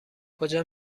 کجا